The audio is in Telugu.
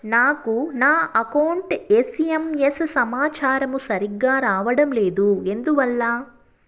నాకు నా అకౌంట్ ఎస్.ఎం.ఎస్ సమాచారము సరిగ్గా రావడం లేదు ఎందువల్ల?